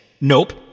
nope